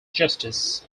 justice